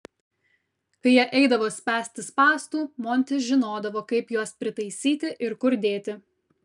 kai jie eidavo spęsti spąstų montis žinodavo kaip juos pritaisyti ir kur dėti